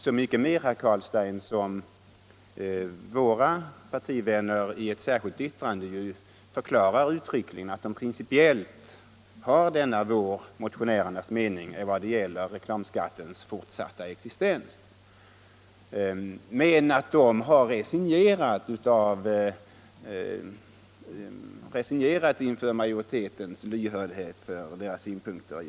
Så mycket mer, herr Carlstein, som våra partivänner i ett särskilt yttrande uttryckligen förklarat att de principiellt delar motionärernas mening vad gäller reklamskattens fortsatta existens, men att de resignerat inför utskottsmajoritetens brist på lyhördhet för deras synpunkter.